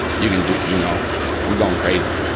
you can do. you know i'm going crazy,